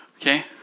okay